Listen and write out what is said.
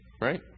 right